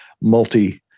multi